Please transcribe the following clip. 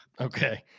Okay